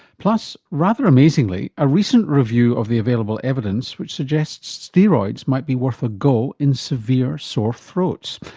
plus, rather amazingly, a recent review of the available evidence which suggests steroids might be worth a go in severe sore throats.